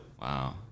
Wow